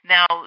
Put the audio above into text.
Now